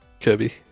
Kirby